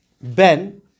Ben